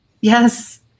Yes